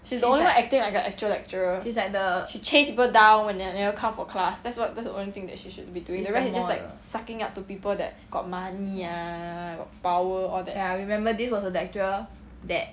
she's the only one acting like a actual lecturer she chase people down when they never come for class that's what that's the only thing that she should be doing the rest is just like sucking up to people that got money ah got power all that